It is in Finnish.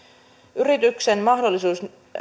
yrityksen mahdollisuus